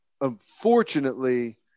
unfortunately –